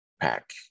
pack